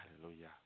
Hallelujah